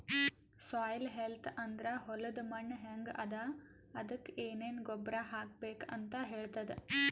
soil health ಅಂದ್ರ ಹೊಲದ್ ಮಣ್ಣ್ ಹೆಂಗ್ ಅದಾ ಅದಕ್ಕ್ ಏನೆನ್ ಗೊಬ್ಬರ್ ಹಾಕ್ಬೇಕ್ ಅಂತ್ ಹೇಳ್ತದ್